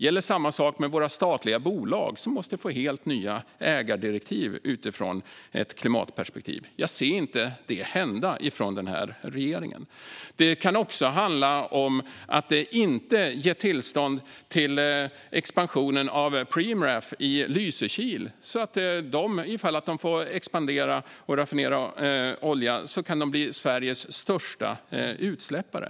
Samma sak gäller med våra statliga bolag, som måste få helt nya ägardirektiv utifrån ett klimatperspektiv. Jag ser det inte hända från den här regeringen. Det kan också handla om att inte ge tillstånd till expansionen av Preemraff i Lysekil. Om de får expandera och raffinera olja kan de bli Sveriges största utsläppare.